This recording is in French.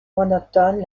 monotone